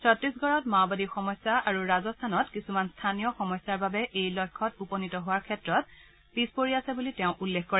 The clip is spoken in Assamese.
ছত্তিশগড়ত মাওবাদী সমস্যা আৰু ৰাজস্থানত কিছুমান স্থানীয় সমস্যাৰ বাবে এই লক্ষ্যত উপনীত হোৱাৰ ক্ষেত্ৰত পিচ পৰি আছে বুলি তেওঁ উল্লেখ কৰে